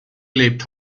lebt